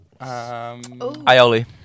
Aioli